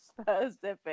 specific